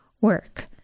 work